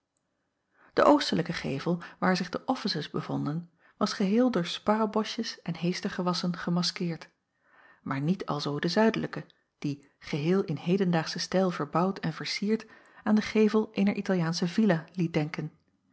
de oostelijke gevel waar zich de offices bevonden was geheel door sparreboschjes en heestergewassen gemaskeerd maar niet alzoo de zuidelijke die geheel in hedendaagschen stijl verbouwd en vercierd aan den gevel eener italiaansche villa liet denken